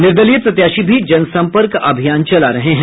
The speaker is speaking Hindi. निर्दलीय प्रत्याशी भी जनसम्पर्क अभियान चला रहे हैं